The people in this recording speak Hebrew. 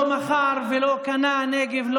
אף אחד לא מכר ולא קנה את הנגב,